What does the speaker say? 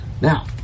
Now